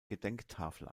gedenktafel